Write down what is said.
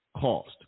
cost